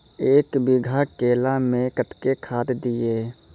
एक बीघा केला मैं कत्तेक खाद दिये?